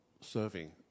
serving